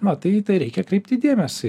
va tai tai reikia kreipti dėmesį